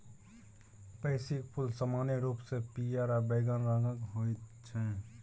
पैंसीक फूल समान्य रूपसँ पियर आ बैंगनी रंगक होइत छै